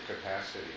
capacity